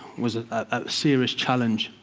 was a serious challenge.